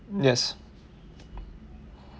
yes